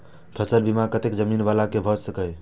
फसल बीमा कतेक जमीन वाला के भ सकेया?